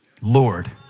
Lord